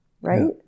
right